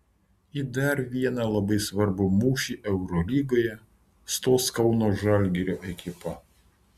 į dar vieną labai svarbų mūšį eurolygoje stos kauno žalgirio ekipa